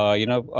ah you know, ah,